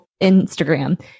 Instagram